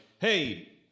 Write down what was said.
hey